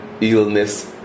illness